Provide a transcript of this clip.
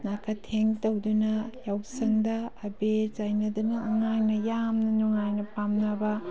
ꯅꯥꯀꯊꯦꯡ ꯇꯧꯗꯨꯅ ꯌꯥꯎꯁꯪꯗ ꯑꯕꯦꯔ ꯆꯥꯏꯅꯗꯨꯅ ꯑꯉꯥꯡꯅ ꯌꯥꯝꯅ ꯅꯨꯡꯉꯥꯏꯅ ꯄꯥꯝꯅꯕ